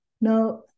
Now